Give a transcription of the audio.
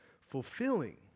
fulfilling